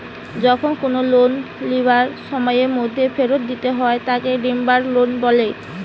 যখন কোনো লোন লিবার সময়ের মধ্যে ফেরত দিতে হয় তাকে ডিমান্ড লোন বলে